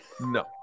No